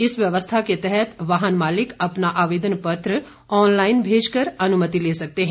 इस व्यवस्था के तहत वाहन मालिक अपना आवेदन पत्र ऑनलाइन भेज कर अनुमति ले सकते हैं